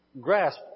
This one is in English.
grasp